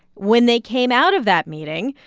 when they came out of that meeting,